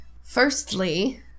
firstly